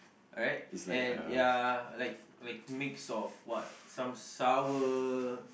alright and ya like like mix of what some sour